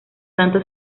tanto